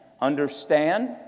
Understand